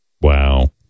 Wow